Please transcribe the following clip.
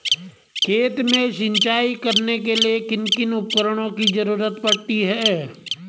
खेत में सिंचाई करने के लिए किन किन उपकरणों की जरूरत पड़ती है?